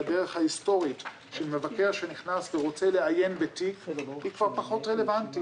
שהדרך ההיסטורית של מבקר שנכנס ורוצה לעיין בתיק היא כבר פחות רלבנטית.